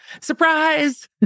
Surprise